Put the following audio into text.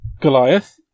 Goliath